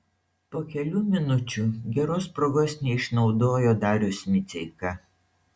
po kelių minučių geros progos neišnaudojo darius miceika